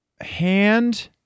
Hand